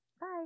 Bye